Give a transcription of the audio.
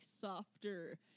softer